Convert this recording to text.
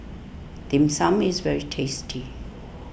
Dim Sum is very tasty